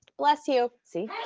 bless you. see?